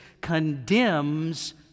condemns